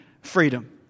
freedom